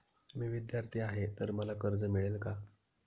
मी विद्यार्थी आहे तर मला कर्ज मिळेल का?